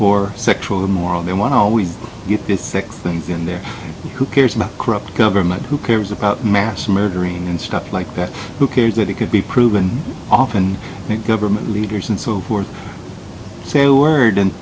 or sexual immoral they want to always get this six things in there who cares about corrupt government who cares about mass murdering and stuff like that who cares that it could be proven off and make government leaders and so forth say a word and